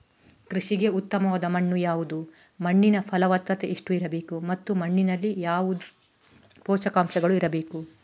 ಕೃಷಿಗೆ ಉತ್ತಮವಾದ ಮಣ್ಣು ಯಾವುದು, ಮಣ್ಣಿನ ಫಲವತ್ತತೆ ಎಷ್ಟು ಇರಬೇಕು ಮತ್ತು ಮಣ್ಣಿನಲ್ಲಿ ಯಾವುದು ಪೋಷಕಾಂಶಗಳು ಇರಬೇಕು?